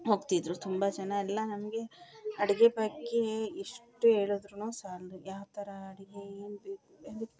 ಹೋಗ್ತಿದ್ದರು ತುಂಬ ಜನ ಎಲ್ಲ ನನಗೆ ಅಡುಗೆ ಬಗ್ಗೆ ಎಷ್ಟು ಹೇಳಿದ್ರೂನು ಸಾಲದು ಯಾವ ಥರ ಅಡುಗೆ ಏನು ಬೇಕು